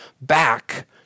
back